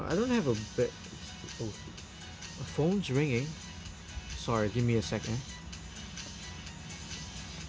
I don't have a bad oh my phone's ringing sorry give me a second